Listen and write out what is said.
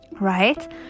Right